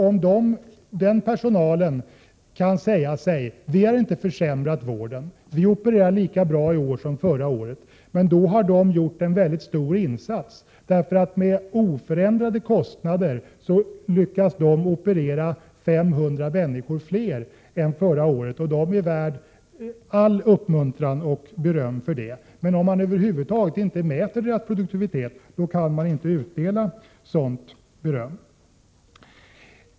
Om personalen kan säga sig att vården inte har försämrats, har den gjort en väldigt stor insats när den med oförändrade kostnader har lyckats operera 500 fler människor än förra året. Den personalen är värd all uppmuntran och allt beröm för det, men om man över huvud taget inte bryr sig om deras produktivitet kan man inte utdela sådant beröm.